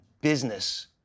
business